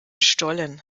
stollen